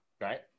right